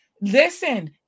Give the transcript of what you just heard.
Listen